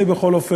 אני, בכל אופן,